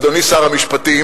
אדוני שר המשפטים,